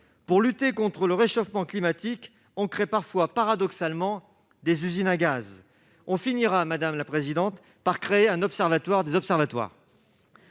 Pour lutter contre le réchauffement climatique, on crée parfois paradoxalement des usines à gaz ! Un jour, on finira par créer un observatoire des observatoires